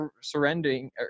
surrendering